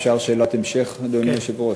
אפשר שאלת המשך, אדוני היושב-ראש?